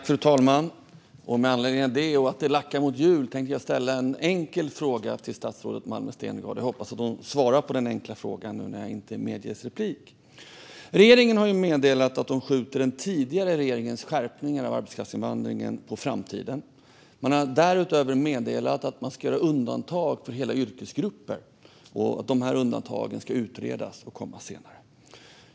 Fru talman! Med anledning av att det lackar mot jul tänker jag ställa en enkel fråga till statsrådet Malmer Stenergard. Jag hoppas att hon svarar på den enkla frågan när jag nu inte medges att ställa en kompletterande fråga. Regeringen har meddelat att de skjuter den tidigare regeringens skärpning av arbetskraftsinvandringen på framtiden. Man har därutöver meddelat att man ska göra undantag för hela yrkesgrupper och att undantagen ska utredas och komma senare.